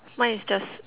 mine is just